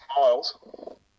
Miles